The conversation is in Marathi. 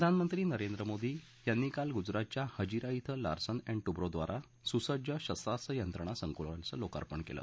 प्रधानमंत्री नरेंद्र मोदी यांनी काल गुजरातच्या हजीरा इथं लार्सन अण्ड टुब्रो द्वारा सुसज्ज शस्वास्त्र यंत्रणा संकुलाचं लोकार्पण केलं